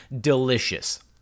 delicious